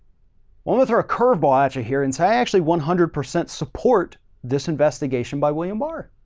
one with her, a curve ball at you here in. so i actually one hundred percent support this investigation by william barr.